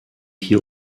hier